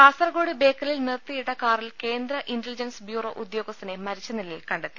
കാസർകോട് ബേക്കലിൽ നിർത്തിയിട്ട കാറിൽ കേന്ദ്ര ഇന്റലി ജൻസ് ബ്യൂറോ ഉദ്യോഗസ്ഥനെ മരിച്ച നിലയിൽ കണ്ടെത്തി